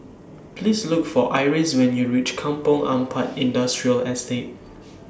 Please Look For Iris when YOU REACH Kampong Ampat Industrial Estate